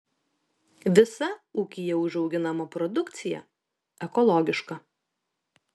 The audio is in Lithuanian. visa ūkyje užauginama produkcija ekologiška